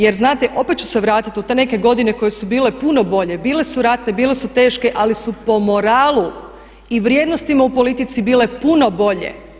Jer znate, opet ću se vratiti u te neke godine koje su bile puno bolje, bile su ratne, bile su teške ali su po moralu i vrijednostima u politici bile puno bolje.